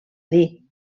dir